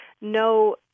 no